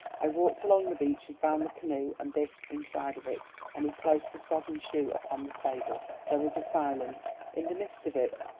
i walked along the beach and found the canoe and this inside of it, and he placed the sodden shoe upon the table. there was a silence. in the midst of it,